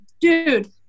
dude